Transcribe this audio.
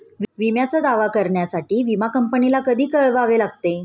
विम्याचा दावा करण्यासाठी विमा कंपनीला कधी कळवावे लागते?